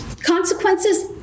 consequences